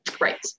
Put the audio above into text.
Right